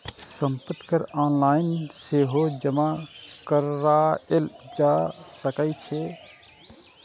संपत्ति कर ऑनलाइन सेहो जमा कराएल जा सकै छै